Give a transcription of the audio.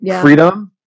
freedom